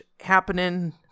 happening